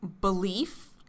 belief